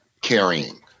carrying